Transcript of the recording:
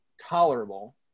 tolerable